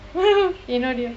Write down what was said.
என்னோடையும்:ennodaiyum